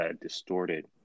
distorted